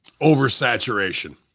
oversaturation